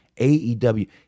AEW